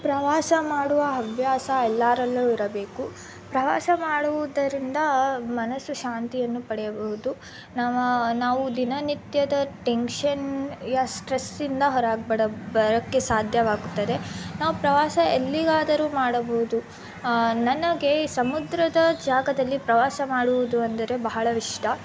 ಪ್ರವಾಸ ಮಾಡುವ ಹವ್ಯಾಸ ಎಲ್ಲರಲ್ಲೂ ಇರಬೇಕು ಪ್ರವಾಸ ಮಾಡುವುದರಿಂದ ಮನಸ್ಸು ಶಾಂತಿಯನ್ನು ಪಡೆಯಬಹುದು ನಾವ ನಾವು ದಿನನಿತ್ಯದ ಟೆನ್ಶನ್ ಸ್ಟ್ರೆಸ್ಸಿಂದ ಹೊರಗೆ ಬಡ ಬರೋಕ್ಕೆ ಸಾಧ್ಯವಾಗುತ್ತದೆ ನಾವು ಪ್ರವಾಸ ಎಲ್ಲಿಗಾದರೂ ಮಾಡಬಹುದು ನನಗೆ ಸಮುದ್ರದ ಜಾಗದಲ್ಲಿ ಪ್ರವಾಸ ಮಾಡುವುದು ಅಂದರೆ ಬಹಳ ಇಷ್ಟ